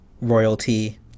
royalty